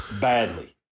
badly